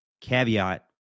caveat